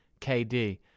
KD